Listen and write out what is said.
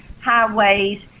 highways